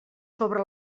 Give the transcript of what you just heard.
sobre